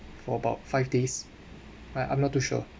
for about five days I I'm not too sure